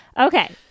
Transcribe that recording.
Okay